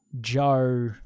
Joe